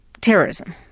Terrorism